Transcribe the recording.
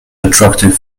attractive